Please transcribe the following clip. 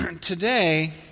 Today